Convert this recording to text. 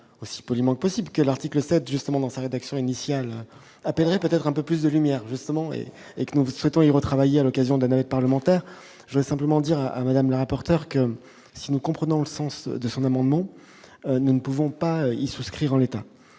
aussi poliment possible que l'article 7 justement dans sa rédaction initiale a peut-être un peu plus de lumière justement et et que nous souhaitons et retravailler à l'occasion de la navette parlementaire, je veux simplement dire à Madame la rapporteure que si nous comprenons le sens de son amendement, nous ne pouvons pas y souscrire en l'état.